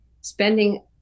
spending